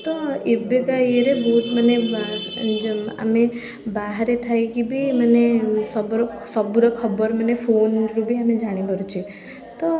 ତ ଏବେକା ଇଏରେ ବହୁତ ମାନେ ଆମେ ବାହାରେ ଥାଇକି ବି ମାନେ ସବୁର ସବୁର ଖବର ମାନେ ଫୋନ୍ରୁ ବି ଆମେ ଜାଣିପାରୁଛେ ତ